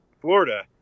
Florida